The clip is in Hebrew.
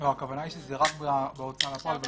הכוונה היא שזה רק בהוצאה לפועל,